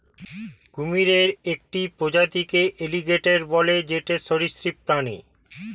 কুমিরের একটি প্রজাতিকে এলিগেটের বলে যেটি সরীসৃপ প্রাণী